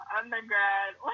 undergrad